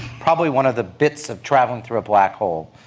probably one of the bits of travelling through a black hole.